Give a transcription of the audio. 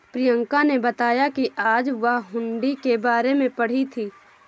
प्रियंका ने बताया कि आज वह हुंडी के बारे में पढ़ी थी